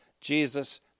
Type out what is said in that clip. Jesus